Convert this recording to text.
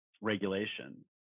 regulation